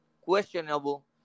questionable